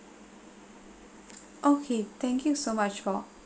okay thank you so much for